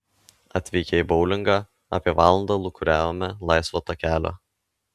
atvykę į boulingą apie valandą lūkuriavome laisvo takelio